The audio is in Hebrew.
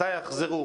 מתי יחזרו,